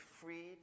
freed